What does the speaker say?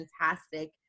fantastic